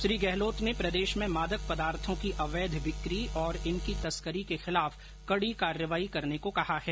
श्री गहलोत ने प्रदेश में मादक पदार्थों की अवैध बिक्री और इनकी तस्करी के खिलाफ कड़ी कार्रवाई करने को कहा है